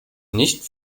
nicht